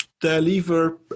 deliver